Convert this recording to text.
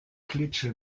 klitsche